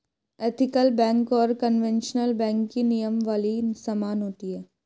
ethical bank और conventional bank की नियमावली समान होती है